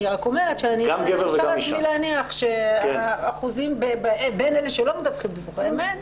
אני מרשה לעצמי להניח שהאחוזים בין אלה שלא מדווחים דיווחי אמת,